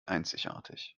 einzigartig